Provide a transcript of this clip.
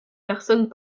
personnes